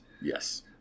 Yes